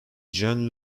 jean